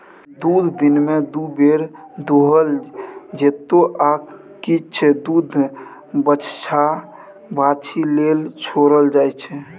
दुध दिनमे दु बेर दुहल जेतै आ किछ दुध बछ्छा बाछी लेल छोरल जाइ छै